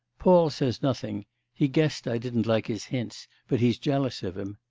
paul says nothing he guessed i didn't like his hints, but he's jealous of him.